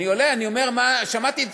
שמעתי,